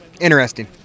interesting